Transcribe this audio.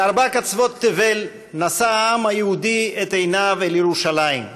מארבע קצוות תבל נשא העם היהודי את עיניו אל ירושלים,